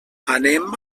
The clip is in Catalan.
anem